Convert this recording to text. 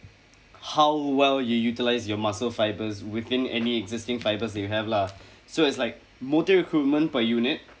how well you utilise your muscle fibres within any existing fibers that you have lah so it's like motor recruitment per unit